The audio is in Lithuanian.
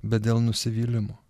bet dėl nusivylimo